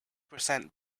percent